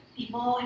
people